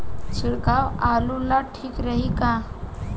छिड़काव आलू ला ठीक रही का?